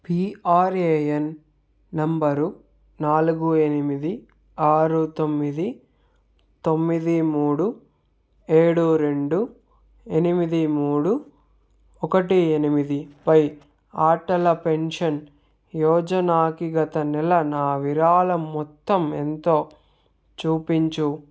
PRAN number నాలుగు ఎనిమిది ఆరు తొమ్మిది తొమ్మిది మూడు ఏడు రెండు ఎనిమిది మూడు ఒకటి ఎనిమిదిపై ఆటల పెన్షన్ యోజనాకి గత నెల నా విరాళం మొత్తం ఎంతో చూపించు